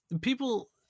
people